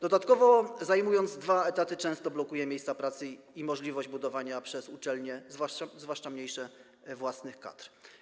Dodatkowo, zajmując dwa etaty, często blokuje miejsca pracy i możliwość budowania przez uczelnie, zwłaszcza mniejsze, własnych kadr.